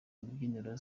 rubyiniro